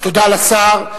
תודה לשר.